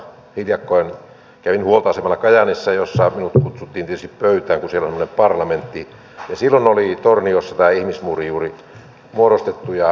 hiljakkoin kävin huoltoasemalla kajaanissa jossa minut kutsuttiin tietysti pöytään kun siellä on semmoinen parlamentti ja silloin oli torniossa tämä ihmismuuri juuri muodostettu